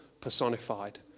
personified